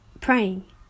praying